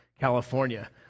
California